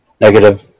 negative